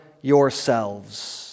yourselves